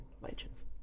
legends